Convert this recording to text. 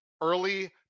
early